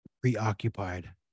preoccupied